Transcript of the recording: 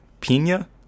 Pina